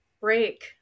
break